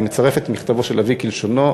אני מצרפת את מכתבו של אבי כלשונו.